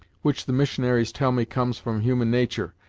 which, the missionaries tell me, comes from human natur',